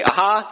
Aha